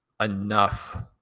enough